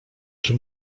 czy